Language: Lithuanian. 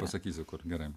pasakysiu kur gerai